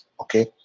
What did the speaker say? Okay